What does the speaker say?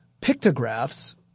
pictographs